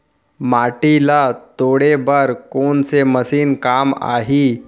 माटी ल तोड़े बर कोन से मशीन काम आही?